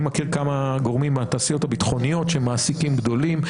אני מכיר כמה גורמים מהתעשיות הביטחוניות שהם מעסיקים גדולים,